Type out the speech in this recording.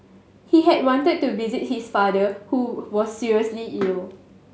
he had wanted to visit his father who was seriously ill